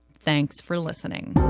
thanks for listening.